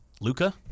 Luca